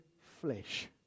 flesh